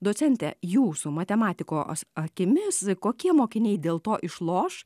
docente jūsų matematikos akimis kokie mokiniai dėl to išloš